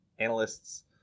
analysts